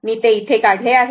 मी ते येथे काढले आहे